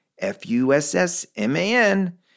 F-U-S-S-M-A-N